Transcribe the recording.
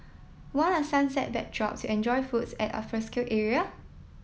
want a sunset backdrop to enjoy foods at alfresco area